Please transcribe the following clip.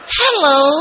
hello